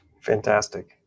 Fantastic